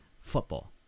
football